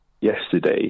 yesterday